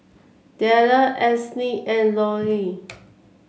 Dellar Esley and Lauri